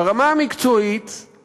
ברמה המקצועית,